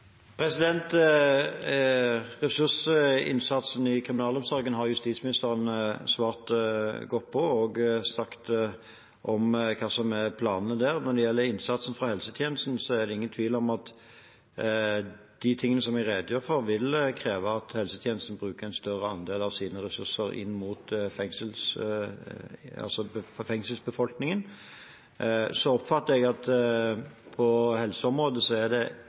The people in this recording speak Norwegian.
Ressursinnsatsen i kriminalomsorgen har justisministeren svart godt på, og hun har sagt hva som er planene der. Når det gjelder innsatsen fra helsetjenesten, er det ingen tvil om at de tingene som jeg redegjorde for, vil kreve at helsetjenesten bruker en større andel av sine ressurser på fengselsbefolkningen. Jeg oppfatter at på helseområdet er det egentlig ikke mangel på rettigheter som er